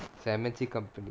so M_N_C company